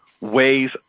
ways